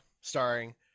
starring